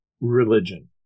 religion